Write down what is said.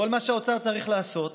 כל מה שהאוצר צריך לעשות